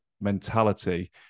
mentality